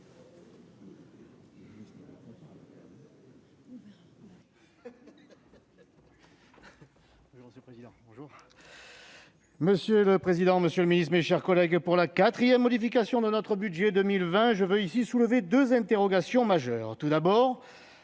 Monsieur le président, monsieur le ministre, mes chers collègues, en cette quatrième modification de notre budget 2020, je souhaite soulever deux interrogations majeures. Tout d'abord,